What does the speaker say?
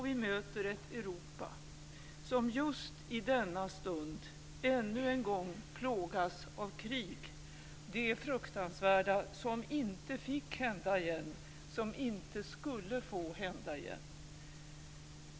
Vi möter ett Europa som just i denna stund ännu en gång plågas av ett krig - det fruktansvärda, som inte fick hända igen, som inte skulle få hända igen.